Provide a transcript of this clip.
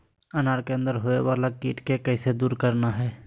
अनार के अंदर होवे वाला कीट के कैसे दूर करना है?